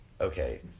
Okay